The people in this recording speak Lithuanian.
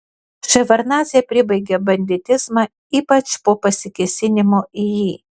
ševardnadzė pribaigė banditizmą ypač po pasikėsinimo į jį